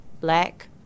black